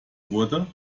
wurde